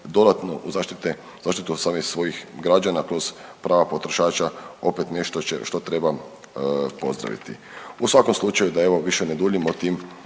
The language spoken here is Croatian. u zaštite, zaštitu samih svojih građana kroz prava potrošača opet nešto što treba pozdraviti. U svakom slučaju da evo više ne duljim o tim